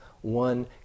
one